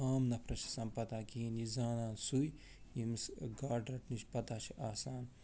عام نفرس چھِ آسان پتاہ کِہیٖنٛۍ یہِ چھُ زانان سُے ییٚمِس گاڈٕ رٹنٕچ پتاہ چھِ آسان